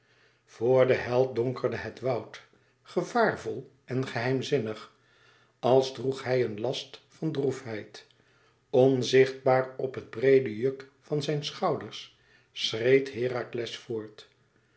vor den held donkerde het woud gevaarvol en geheimzinnig als droeg hij een last van droefheid onzichtbaar op het breede juk van zijn schouders schreed herakles voort